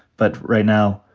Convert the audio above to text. but right now,